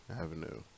Avenue